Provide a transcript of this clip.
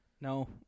No